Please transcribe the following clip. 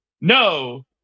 no